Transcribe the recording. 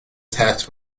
task